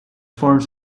forms